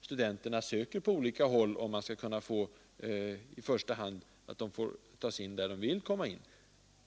studenterna i första hand skall kunna tas in där de vill komma in, när de söker på olika håll.